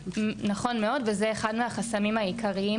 נכון מאוד וזה אחד מהם החסמים העיקריים